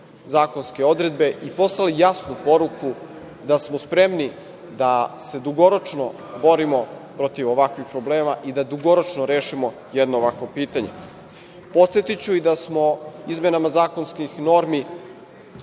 zakonske odredbe i poslali jasnu poruku da smo spremni da se dugoročno borimo protiv ovakvih problema i da dugoročno rešimo jedno ovakvo pitanje. Podsetiću i da smo izmenama zakonskih normi